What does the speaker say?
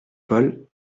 paul